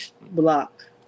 block